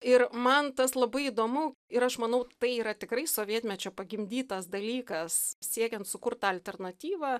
ir man tas labai įdomu ir aš manau tai yra tikrai sovietmečio pagimdytas dalykas siekiant sukurt tą alternatyvą